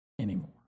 anymore